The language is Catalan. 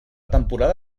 temporada